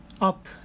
up